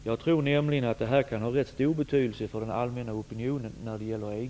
Jag tror nämligen att frågan kan ha rätt stor betydelse för den allmänna opinionen när det gäller EG.